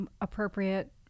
appropriate